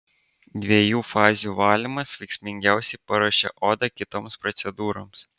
dviejų fazių valymas veiksmingiausiai paruošia odą kitoms procedūroms